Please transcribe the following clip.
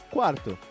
Quarto